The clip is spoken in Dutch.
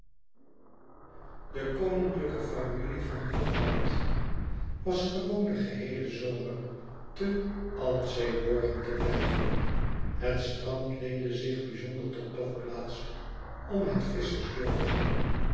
de koninklijke familie van gothland was gewoon den geheelen zomer te altseeborgen te blijven het strand leende zich bizonder tot badplaats om het visschersdorp heen